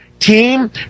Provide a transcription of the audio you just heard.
team